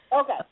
Okay